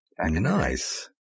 Nice